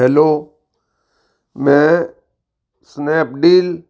hello ਮੈਂ Snapdeal